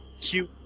cute